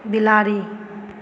बिलाड़ि